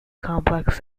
complex